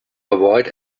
avoid